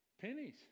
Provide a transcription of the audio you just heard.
pennies